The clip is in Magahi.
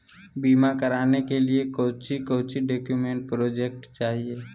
बीमा कराने के लिए कोच्चि कोच्चि डॉक्यूमेंट प्रोजेक्ट चाहिए?